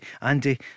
Andy